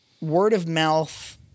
word-of-mouth